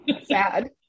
Sad